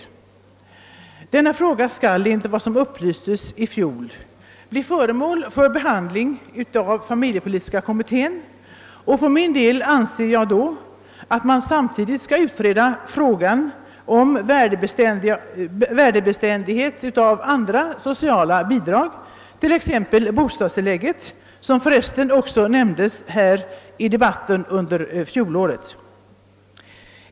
Enligt vad som upplystes i fjol skall frågan om det allmänna barnbidragets värdebeständighet behandlas av familjepolitiska kommittén, och jag anser att kommittén då samtidigt bör utreda frågan om värdebeständigheten av andra sociala bidrag, t.ex. bostadstillägget, som också nämndes i debatten i denna kammare förra året. '